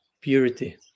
purity